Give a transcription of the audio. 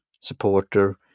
supporter